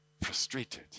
frustrated